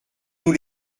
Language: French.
nous